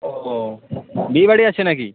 ও বিয়েবাড়ি আছে না কি